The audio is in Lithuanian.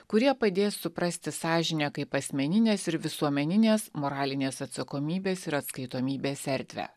kurie padės suprasti sąžinę kaip asmeninės ir visuomeninės moralinės atsakomybės ir atskaitomybės erdvę